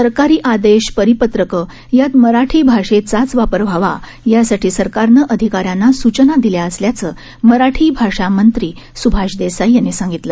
सरकारी आदेश परिपत्रके यात मराठी भाषेचाच वापर व्हावा यासाठी सरकारनं अधिकाऱ्यांना सूचना दिल्या असल्याचं मराठी भाषा मंत्री सुभाष देसाई यांनी सांगितलं